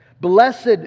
Blessed